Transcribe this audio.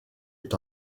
est